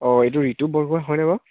অ' এইটো ৰিতু বৰগোঁহাই হয়নে বাৰু